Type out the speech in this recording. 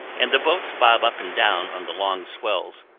and the boats bob up and down on the long swells,